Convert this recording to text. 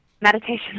Meditation